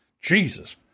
Jesus